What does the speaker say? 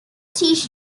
teach